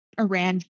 Iran